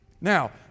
Now